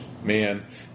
man